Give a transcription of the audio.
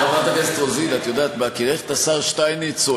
בהכירך את השר שטייניץ,